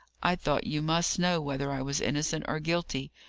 i thought you must know whether i was innocent or guilty.